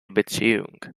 beziehung